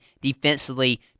defensively